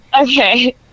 Okay